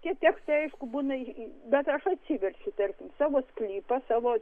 tie tekstai aišku būna bet aš atsiverčiau tarkim savo sklypą savo